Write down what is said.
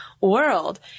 world